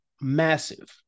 massive